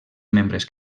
membres